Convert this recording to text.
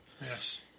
Yes